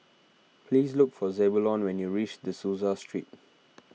please look for Zebulon when you reach De Souza Street